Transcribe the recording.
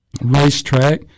racetrack